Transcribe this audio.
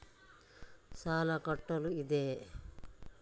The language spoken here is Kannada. ಸಾಲ ಕಟ್ಟಲು ಇದೆ